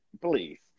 please